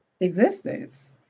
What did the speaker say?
existence